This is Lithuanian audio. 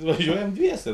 važiuojam dviese